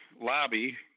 lobby